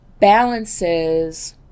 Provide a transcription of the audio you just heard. balances